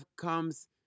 comes